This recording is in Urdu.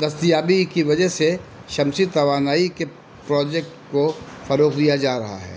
دستیابی کی وجہ سے شمسی توانائی کے پروجیکٹ کو فروغ دیا جا رہا ہے